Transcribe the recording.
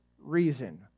reason